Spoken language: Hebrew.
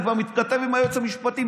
אני כבר מתכתב עם היועץ המשפטי,